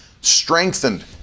strengthened